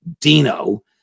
Dino